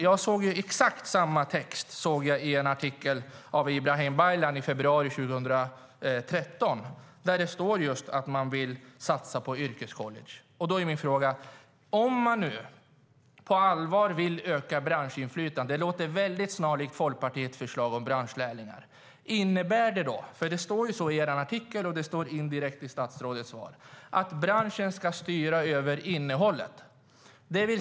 Jag har sett exakt samma text i en artikel av Ibrahim Baylan i februari 2013 som jag visar upp här i kammaren. Där står det just att man vill satsa på yrkescollege. Min fråga blir då: Om ni nu på allvar vill öka branschinflytandet - det låter snarlikt Folkpartiets förslag om branschlärlingar - innebär det då att branschen ska styra över innehållet? Det står så i er artikel, och det framgår indirekt i statsrådets svar.